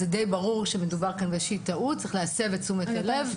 זה די ברור שמדובר כאן באיזושהי טעות וצריך להסב את תשומת הלב.